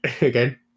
Again